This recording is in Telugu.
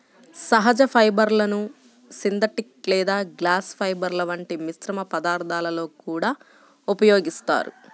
సహజ ఫైబర్లను సింథటిక్ లేదా గ్లాస్ ఫైబర్ల వంటి మిశ్రమ పదార్థాలలో కూడా ఉపయోగిస్తారు